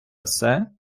все